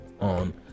on